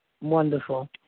Wonderful